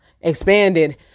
expanded